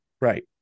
right